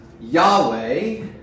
Yahweh